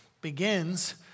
begins